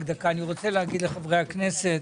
אני רוצה להגיד לחברי הכנסת,